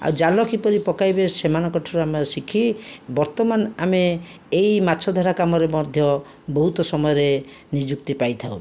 ଆଉ ଜାଲ କିପରି ପକାଇବେ ସେମାନଙ୍କଠାରୁ ଆମେ ଶିଖି ବର୍ତ୍ତମାନ ଆମେ ଏହି ମାଛଧରା କାମରେ ମଧ୍ୟ ବହୁତ ସମୟରେ ନିଯୁକ୍ତି ପାଇଥାଉ